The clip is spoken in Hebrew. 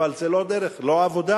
אבל זה לא דרך, לא עבודה.